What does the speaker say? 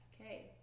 Okay